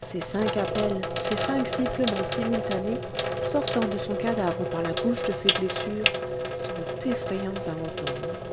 ces cinq appels ces cinq sifflements simultanés sortant de ce cadavre par la bouche de ses blessures sont effrayants à entendre